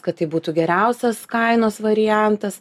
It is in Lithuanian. kad tai būtų geriausias kainos variantas